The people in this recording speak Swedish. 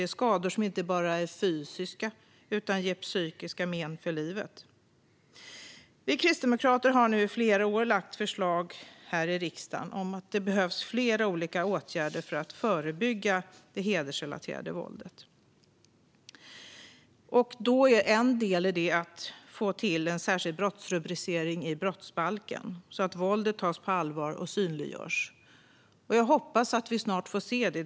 Det är skador som inte bara är fysiska utan också ger psykiska men för livet. Vi kristdemokrater har nu i flera år lagt fram förslag i riksdagen om att flera olika åtgärder behöver vidtas för att förebygga det hedersrelaterade våldet. En del i detta är att få till en särskild brottsrubricering i brottsbalken så att våldet tas på allvar och synliggörs. Jag hoppas att vi också snart får se detta.